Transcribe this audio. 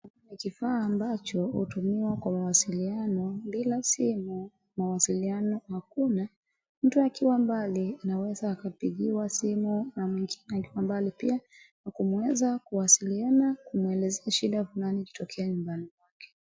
Ni kifaa ambacho hutumiwa kwa mawasiliano. Bila simu mawasiliano hakuna. Mtu akiwa mbali, anaweza akapigiwa simu na mwingine ako mbali pia, na kuweza kuwasiliana kumwelezea shida fulani ikitokea nyumbani kwake.